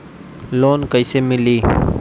Loan कइसे मिली?